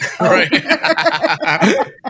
Right